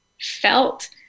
felt